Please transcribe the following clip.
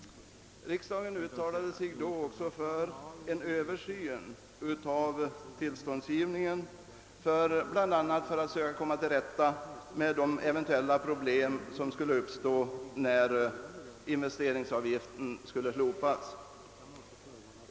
Riksdagen uttalade sig då också för en över syn av tillståndsgivningen, bl.a. för att söka komma till rätta med de eventuella problem som kunde uppstå när investeringsavgiften skulle slopas.